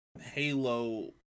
Halo